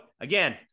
again